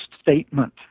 statement